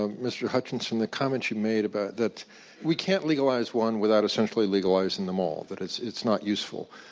ah mr. hutchinson, the comments you made about that we can't legalize one without essentially legalizing them all, that it's it's not useful.